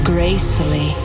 Gracefully